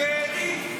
נתקבלה.